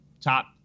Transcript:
top